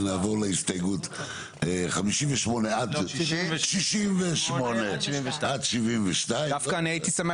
נעבור להצבעה על הסתייגות 68 עד 72. מי בעד?